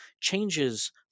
changes